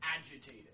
agitated